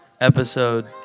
Episode